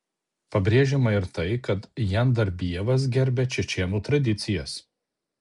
pabrėžiama ir tai kad jandarbijevas gerbia čečėnų tradicijas